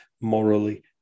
morally